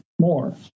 more